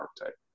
archetype